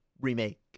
remake